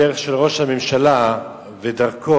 בדרך של ראש הממשלה, ודרכו